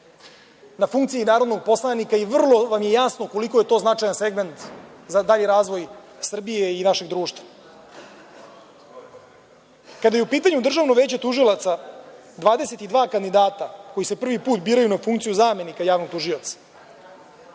na funkciji narodnog poslanika i vrlo vam je jasno koliko je to značajan segment za dalji razvoj Srbije i našeg društva. Kada je u pitanju Državno veće tužilaca, 22 kandidata koji se prvi put biraju na funkciju zamenika javnog tužioca,